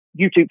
YouTube